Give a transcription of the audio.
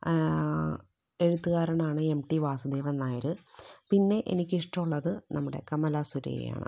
എഴുത്തുകാരണനാണ് M T Vasudevan Nair പിന്നെ എനിക്ക് ഇഷ്ട്ടം ഉള്ളത് നമ്മുടെ കമല സുരയ്യ ആണ്